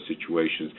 situations